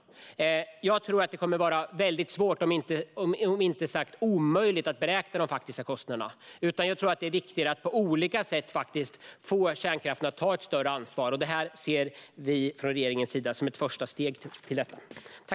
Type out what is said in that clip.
Jag tror att det skulle vara väldigt svårt, för att inte säga omöjligt, att beräkna de faktiska kostnaderna och tycker att det är viktigare att på olika sätt få kärnkraften att ta ett större ansvar. Det här ser vi från regeringssidan som ett första steg till detta.